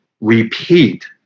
repeat